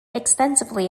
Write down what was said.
extensively